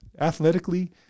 athletically